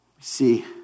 See